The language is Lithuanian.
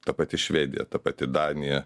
ta pati švedija ta pati danija